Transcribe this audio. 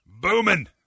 Booming